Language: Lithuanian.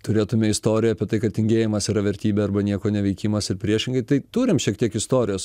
turėtume istoriją apie tai kad tingėjimas yra vertybė arba nieko neveikimas ir priešingai tai turim šiek tiek istorijos